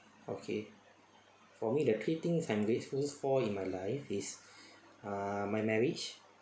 okay for me the three things I'm grateful for in my life is ah my marriage